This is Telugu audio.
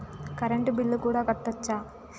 కరెంటు బిల్లు కూడా కట్టొచ్చా?